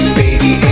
baby